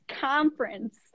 Conference